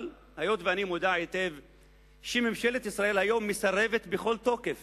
אבל היות שאני מודע היטב לכך שממשלת ישראל היום מסרבת בכל תוקף